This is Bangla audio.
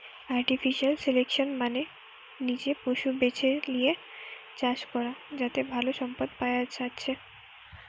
আর্টিফিশিয়াল সিলেকশন মানে নিজে পশু বেছে লিয়ে চাষ করা যাতে ভালো সম্পদ পায়া যাচ্ছে